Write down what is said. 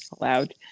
allowed